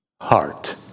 heart